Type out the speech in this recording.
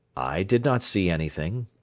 i did not see anything,